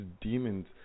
demons